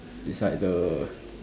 it's like the